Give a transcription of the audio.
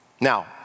Now